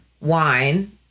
wine